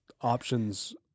options